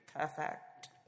perfect